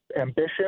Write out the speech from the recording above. ambition